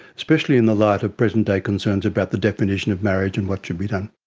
especially in the light of present-day concerns about the definition of marriage and what should be done.